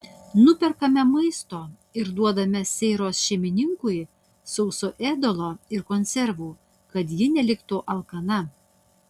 nuperkame maisto ir duodame seiros šeimininkui sauso ėdalo ir konservų kad ji neliktų alkana